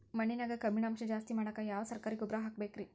ಮಣ್ಣಿನ್ಯಾಗ ಕಬ್ಬಿಣಾಂಶ ಜಾಸ್ತಿ ಮಾಡಾಕ ಯಾವ ಸರಕಾರಿ ಗೊಬ್ಬರ ಹಾಕಬೇಕು ರಿ?